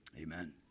amen